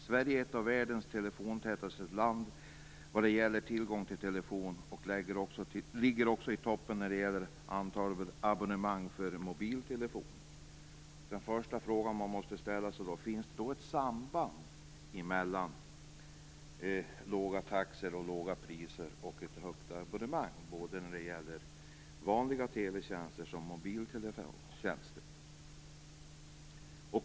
Sverige är även världens telefontätaste land vad gäller tillgången till telefoner och ligger också i topp när det gäller antalet abonnemang för mobiltelefoni." Den första fråga man måste ställa sig är: Finns det ett samband mellan låga taxor, låga priser och en hög abonnemangstäthet vad gäller både vanliga telefontjänster och mobiltelefontjänster?